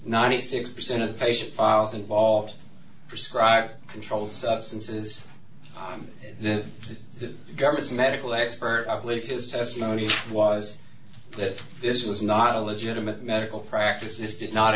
ninety six percent of patient files involved prescribe controlled substances then the government's medical expert i believe his testimony was that this was not a legitimate medical practice this did not